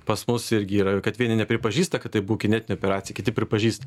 pas mus irgi yra kad vieni nepripažįsta kad tai bu kinetinė operacija kiti pripažįsta